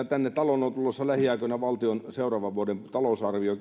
tänne taloon on tulossa lähiaikoina käsittelyyn valtion seuraavan vuoden talousarvio